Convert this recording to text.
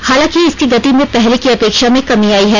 हालांकि इसकी गति में पहले की अपेक्षा में कमी आयी है